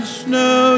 snow